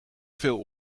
veel